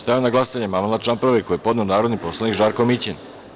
Stavljam na glasanje amandman na član 2. koji je podneo narodni poslanik Žarko Mićin.